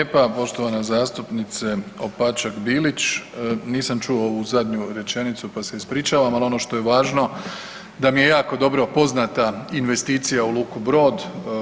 Hvala vam lijepa poštovana zastupnice Opačak Bilić, nisam čuo ovu zadnju rečenicu pa se ispričavam, ali ono što je važno da mi je jako dobro poznata investicija u luku Brod.